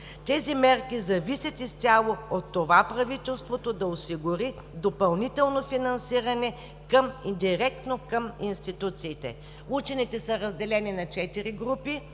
тези мерки зависят изцяло от това правителството да осигури допълнително финансиране директно към институциите. Учените са разделени на четири